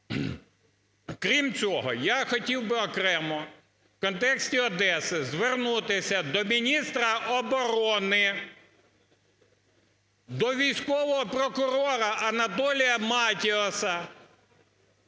Крім цього, я хотів би окремо в контексті Одеси звернутися до міністра оборони, до військового прокурора Анатолія Матіоса